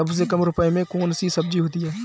सबसे कम रुपये में कौन सी सब्जी होती है?